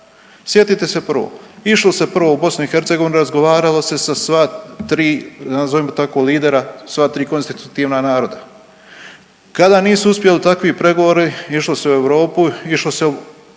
Sjetite se prvo, išlo se prvo u BiH, razgovaralo se sa sva tri nazovimo tako lidera, sva tri konstitutivna naroda, kada nisu uspjeli takvi pregovori išlo se u Europu, išlo se